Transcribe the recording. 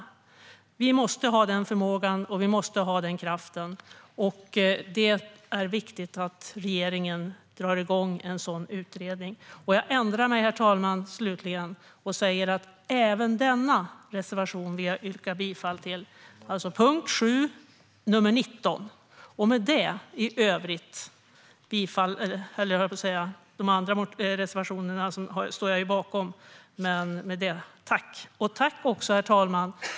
Vi måste ha den förmågan och kraften. Det är viktigt att regeringen kommer i gång med en sådan utredning. Jag ändrar mig, herr talman. Även denna reservation vill jag yrka bifall till, alltså till reservation 19 vid punkt 7. Jag står naturligtvis bakom alla de reservationer som jag har skrivit under på. Herr talman!